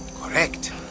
Correct